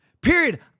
Period